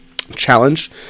challenge